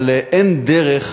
אבל אין דרך,